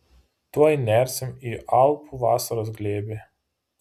tuoj nersim į alpų vasaros glėbį